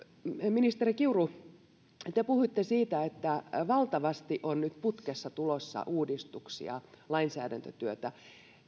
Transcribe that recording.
ministeri kiuru te puhuitte siitä että valtavasti on nyt putkessa tulossa uudistuksia lainsäädäntötyötä